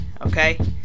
Okay